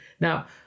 Now